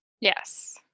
Yes